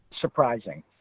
surprising